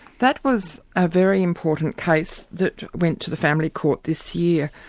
that was a very important case that went to the family court this year,